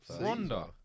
Ronda